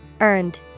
earned